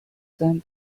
sein